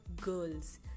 girls